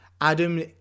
Adam